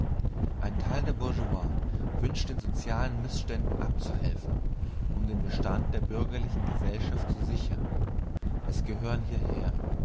ein teil der bourgeoisie wünscht den sozialen mißständen abzuhelfen um den bestand der bürgerlichen gesellschaft zu sichern es gehören hierher